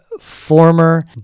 former